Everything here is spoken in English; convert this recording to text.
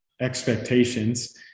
expectations